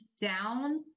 down